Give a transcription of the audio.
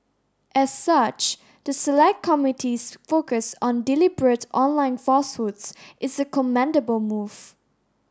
as such the select committee's focus on deliberate online falsehoods is a commendable move